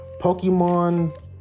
Pokemon